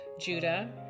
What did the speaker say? Judah